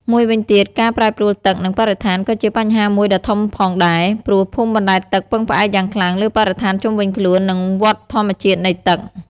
មួយវិញទៀត ការប្រែប្រួលទឹក និងបរិស្ថាន ក៏ជាបញ្ហាមួយដ៏ធំផងដែរ ព្រោះភូមិបណ្តែតទឹកពឹងផ្អែកយ៉ាងខ្លាំងលើបរិស្ថានជុំវិញខ្លួន និងវដ្តធម្មជាតិនៃទឹក។